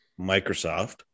Microsoft